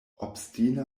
obstina